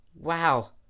Wow